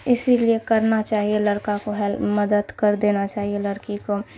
اسی لیے کرنا چاہیے لڑکا کو ہیلپ مدد کر دینا چاہیے لڑکی کو